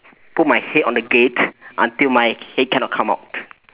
put my head on the gate until my head cannot come out